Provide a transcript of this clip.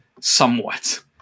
somewhat